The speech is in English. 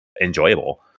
enjoyable